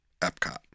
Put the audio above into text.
Epcot